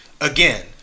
Again